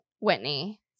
whitney